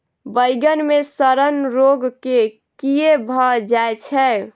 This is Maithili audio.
बइगन मे सड़न रोग केँ कीए भऽ जाय छै?